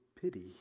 pity